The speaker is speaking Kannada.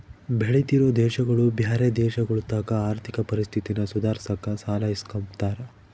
ಬೆಳಿತಿರೋ ದೇಶಗುಳು ಬ್ಯಾರೆ ದೇಶಗುಳತಾಕ ಆರ್ಥಿಕ ಪರಿಸ್ಥಿತಿನ ಸುಧಾರ್ಸಾಕ ಸಾಲ ಇಸ್ಕಂಬ್ತಾರ